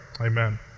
Amen